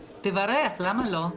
תברך, למה לא?